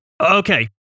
Okay